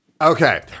okay